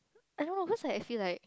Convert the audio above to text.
I don't know cause like I feel like